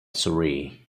surrey